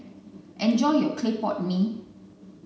enjoy your clay pot mee